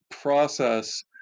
process